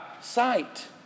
sight